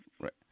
Right